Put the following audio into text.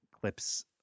clips